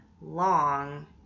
long